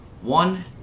One